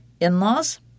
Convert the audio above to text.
in-laws